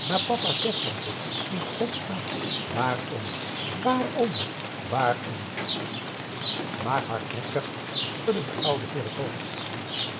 maar papa zeg dan toch in gods naam waarom waarom waarom maar hardnekkig schudde de oude heer het hoofd